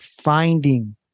finding